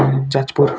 Jajpur